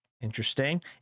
interesting